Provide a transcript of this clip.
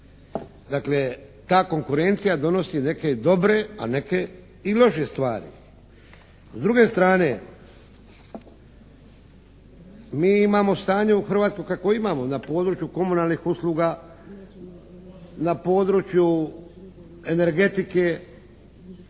Dakle, ta konkurencija donosi neke dobre a neke i loše stvari. S druge strane mi imamo stanje u Hrvatskoj kakvo imamo. Na području komunalnih usluga, na području energetike,